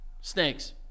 Snakes